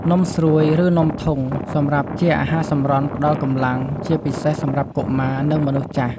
នំស្រួយ ឬនំធុង សម្រាប់ជាអាហារសម្រន់ផ្តល់កម្លាំង ជាពិសេសសម្រាប់កុមារ និងមនុស្សចាស់។